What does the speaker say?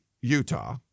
Utah